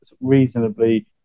reasonably